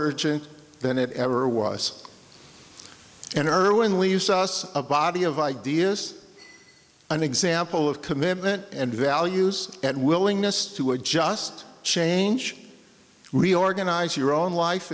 urgent than it ever was and irwin leaves us a body of ideas an example of commitment and values that willingness to adjust change reorganize your own life